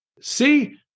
see